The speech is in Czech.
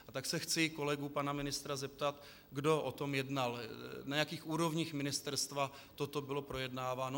A tak se chci kolegů pana ministra zeptat, kdo o tom jednal, na jakých úrovních ministerstva toto bylo projednáváno.